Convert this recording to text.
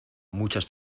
muchas